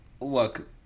look